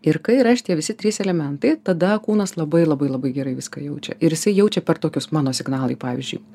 ir kai yra šitie visi trys elementai tada kūnas labai labai labai gerai viską jaučia ir jisai jaučia per tokius mano signalai pavyzdžiui